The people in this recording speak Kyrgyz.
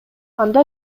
анда